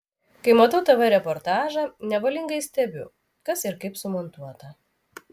kai matau tv reportažą nevalingai stebiu kas ir kaip sumontuota